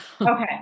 Okay